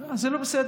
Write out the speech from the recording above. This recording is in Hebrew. לא, זה לא בסדר.